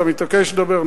אתה מתעקש לדבר,